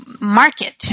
market